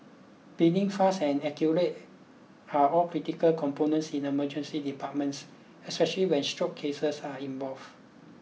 being fast and accurate are all critical components in emergency departments especially when stroke cases are involved